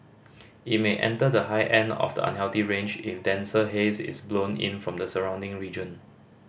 it may enter the high end of the unhealthy range if denser haze is blown in from the surrounding region